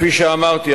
וכפי שאמרתי,